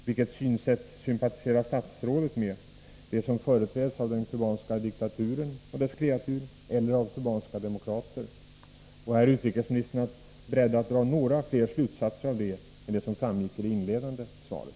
Vilket synsätt sympatiserar utrikesministern med — det som företräds av den kubanska diktaturen och dess kreatur eller av kubanska demokrater? Är utrikesministern beredd att dra några fler slutsatser av det än de som framgick av det inledande svaret?